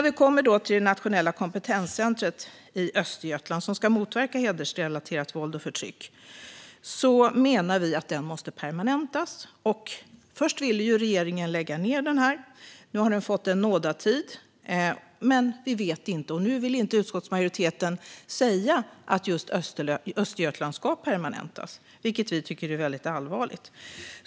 Vi menar att det nationella kompetenscentret i Östergötland, som ska motverka hedersrelaterat våld och förtryck, måste permanentas. Först ville regeringen lägga ned det. Nu har det fått en nådatid. Men nu vill inte utskottsmajoriteten säga att denna verksamhet i just Östergötland ska permanentas, vilket vi tycker är mycket allvarligt.